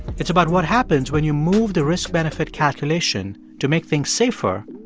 it's about what happens when you move the risk-benefit calculation to make things safer,